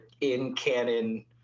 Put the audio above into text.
in-canon